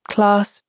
Class